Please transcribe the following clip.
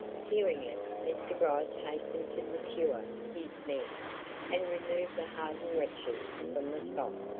hearing it, mr. gryce hastened to procure his men and remove the hardened wretches from the spot.